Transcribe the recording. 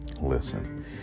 Listen